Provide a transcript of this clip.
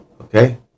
Okay